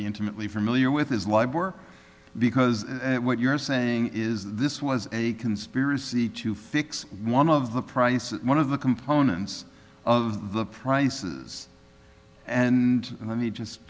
be intimately familiar with his library because what you're saying is this was a conspiracy to fix one of the price of one of the components of the prices and then he just